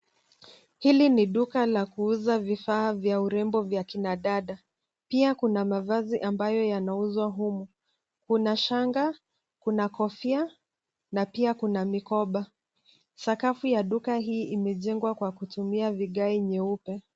Hili ni duka la kuuza vifaa vya urembo vya kina dada. Pia kuna mavazi ambayo yanauzwa humu. Kuna shanga, kuna kofia na pia kuna mikoba. Sakafu ya duka hii imejengwa kwa kutumia vigae nyeupe.